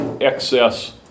excess